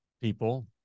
people